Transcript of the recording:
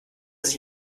sich